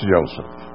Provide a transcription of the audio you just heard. Joseph